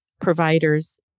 providers